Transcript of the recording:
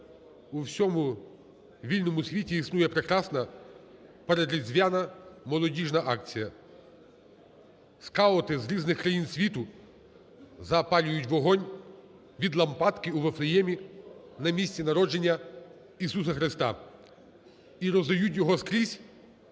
у всьому вільному світі існує прекрасна передріздвяна молодіжна акція: скаути з різних країн світу запалюють вогонь від лампадки у Вифлеємі на місці народження Ісуса Христа і роздають його скрізь,